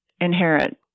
inherit